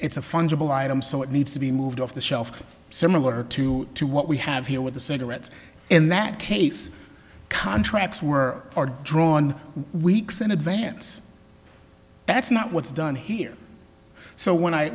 it's a fungible item so it needs to be moved off the shelf similar to to what we have here with the cigarettes in that case contracts were drawn weeks in advance that's not what's done here so when i